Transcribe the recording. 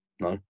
No